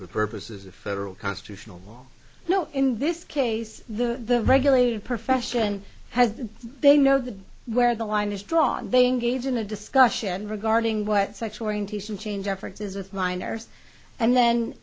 for purposes of federal constitutional law you know in this case the regulated profession has the they know the where the line is drawn they engage in a discussion regarding what sexual orientation change efforts is with minors and then